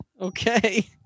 Okay